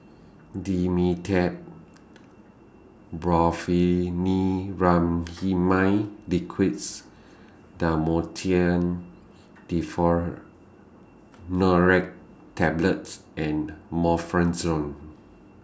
Dimetapp Brompheniramine Liquid's Dhamotil Tablets and Omeprazole